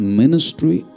ministry